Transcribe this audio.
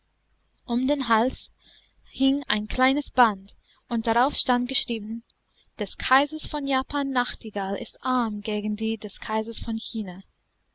um den hals hing ein kleines band und darauf stand geschrieben des kaisers von japan nachtigall ist arm gegen die des kaisers von china